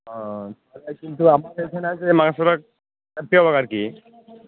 ওহ তাহলে কিন্তু আমাদের এখানে যে মাংসটা আর কি